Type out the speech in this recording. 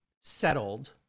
settled